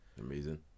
amazing